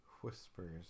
whispers